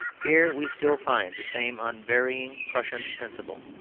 here we still find the same unvarying prussian principle.